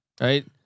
right